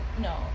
no